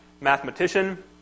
mathematician